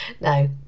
No